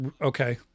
okay